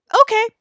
Okay